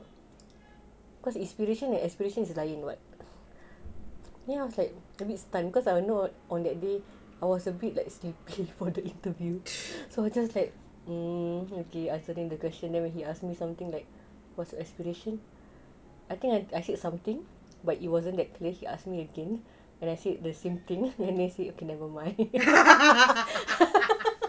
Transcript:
cause inspiration and aspiration is like what then I was like this needs time because I will not on that day I was a bit like sleepy for the interview so I just like okay mm answering the question never then they ask me something like what's your aspiration I think I said something but it wasn't that clear he ask me again and I said the same thing then he say okay nevermind